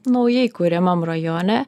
naujai kuriamam rajone